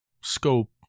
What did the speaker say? scope